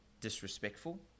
disrespectful